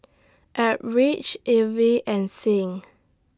Eldridge Evie and Sing